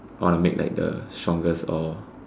want to make like the strongest or